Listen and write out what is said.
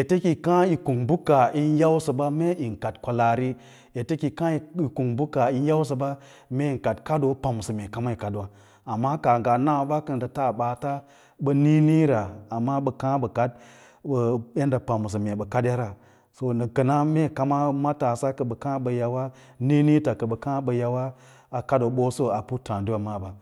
Ete yi kaã yi kung bə mee yi kwalaari kaah yin yausə ɓar ete kiyi kaa yi king bə kaah yin yausə ɓa, muee yin kaɗ kaɗoo u pəmsə mee kam yi kadwa, amma kaa nga na ɓa kə ndə taa ɓaata ɓə niĩ niĩra amma bə kaã ɓə kaɗ yaɗda pamsə mee kam ɓə kaɗ yara so nən kəna mee kama matasa kə ɓə kaã ɓə yawa niĩniĩta kə ɓə kaã ɓə yawa a kadou boso a puttǎǎdiwa maaɓa.